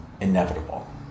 inevitable